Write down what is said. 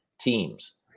teams